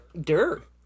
dirt